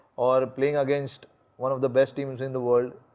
for playing against one of the best teams in the world.